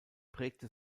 prägte